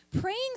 Praying